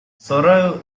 sorrow